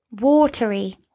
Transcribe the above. watery